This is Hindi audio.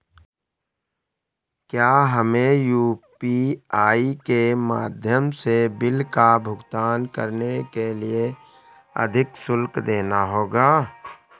क्या हमें यू.पी.आई के माध्यम से बिल का भुगतान करने के लिए अधिक शुल्क देना होगा?